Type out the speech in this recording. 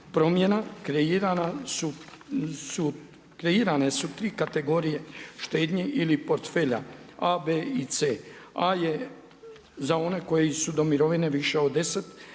promjena. Kreirane su tri kategorije štednje ili portfelja A, B i C. A je za one koji su do mirovine više od 10